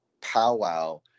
powwow